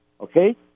okay